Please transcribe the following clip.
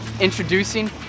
introducing